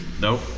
Nope